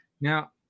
Now